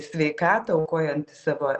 sveikatą aukojant savo